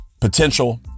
potential